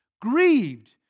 grieved